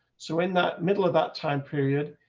so in that middle of that time period.